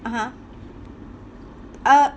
(uh huh) uh